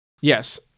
yes